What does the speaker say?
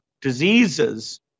diseases